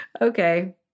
Okay